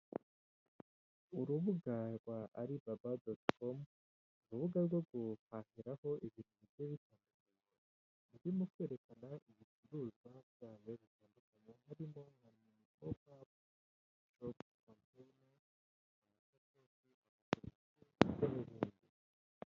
Inzu nziza cyane ifite inzugi n'amadirishya, iteyeho umucanga hasi harimo amakaro, ifite igisenge hejuru isakaye. Harimo amagambo yanditse mu rurimi rw'icyongereza.